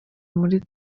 muri